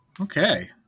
Okay